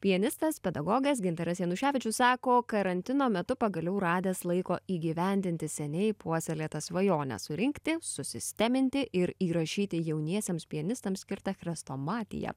pianistas pedagogas gintaras januševičius sako karantino metu pagaliau radęs laiko įgyvendinti seniai puoselėtą svajonę surinkti susisteminti ir įrašyti jauniesiems pianistams skirtą chrestomatiją